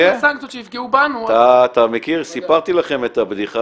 --- סנקציות שיפגעו בנו --- סיפרתי לכם את הבדיחה